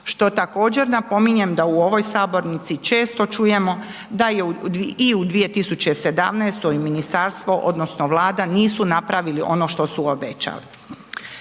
što također napominjem da u ovoj sabornici često čujemo da je i u 2017. ministarstvo, odnosno, vlada nisu napravili ono što su obećali.